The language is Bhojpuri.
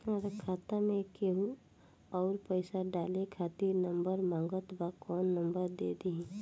हमार खाता मे केहु आउर पैसा डाले खातिर नंबर मांगत् बा कौन नंबर दे दिही?